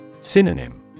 Synonym